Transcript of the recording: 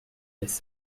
laisse